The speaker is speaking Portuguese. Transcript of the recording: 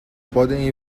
podem